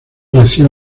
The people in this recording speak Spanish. recibe